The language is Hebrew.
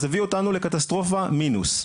הביאו אותנו לקטסטרופה מינוס,